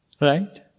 Right